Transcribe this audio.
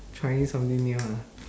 trying something new ah